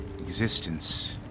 existence